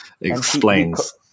explains